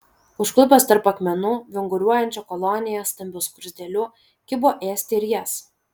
užklupęs tarp akmenų vinguriuojančią koloniją stambių skruzdėlių kibo ėsti ir jas